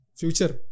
future